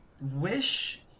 wish